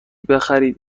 بخرید